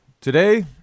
Today